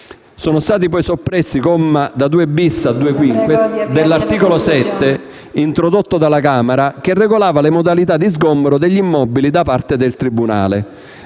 Sono stati poi soppressi i commi da 2-*bis* a 2-*quinques* dell'articolo 7 introdotti dalla Camera che regolavano le modalità di sgombero degli immobili da parte del tribunale.